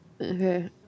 Okay